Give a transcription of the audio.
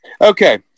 Okay